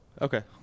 okay